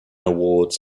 awards